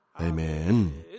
Amen